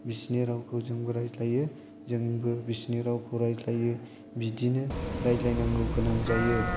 बिसोरनि रावखौ जोंबो रायज्लायो जोंबो बिसोरनि रावखौ रायज्लायो बिदिनो रायज्लायनांगौ गोनां जायो